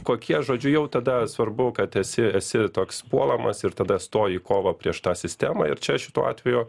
kokie žodžiu jau tada svarbu kad esi esi toks puolamas ir tada stoji į kovą prieš tą sistemą ir čia šituo atveju